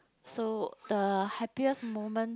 so the happiest moment